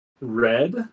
red